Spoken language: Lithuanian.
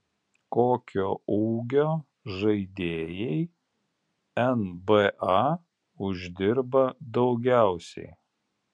kokio ūgio žaidėjai nba uždirba daugiausiai